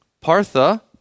Partha